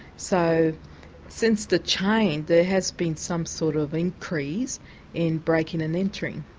so since the change, there has been some sort of increase in breaking and entering.